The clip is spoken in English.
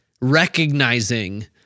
recognizing